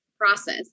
process